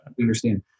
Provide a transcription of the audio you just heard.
understand